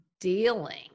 dealing